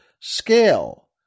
scale